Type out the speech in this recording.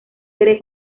serie